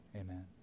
amen